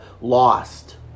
lost